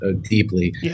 deeply